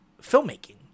filmmaking